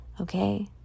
okay